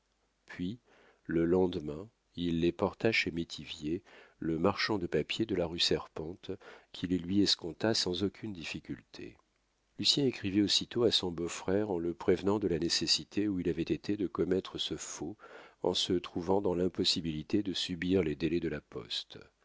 puis le lendemain il les porta chez métivier le marchand de papier de la rue serpente qui les lui escompta sans aucune difficulté lucien écrivit aussitôt à son beau-frère en le prévenant de la nécessité où il avait été de commettre ce faux en se trouvant dans l'impossibilité de subir les délais de la poste